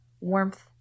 warmth